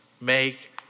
Make